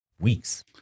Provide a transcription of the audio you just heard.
weeks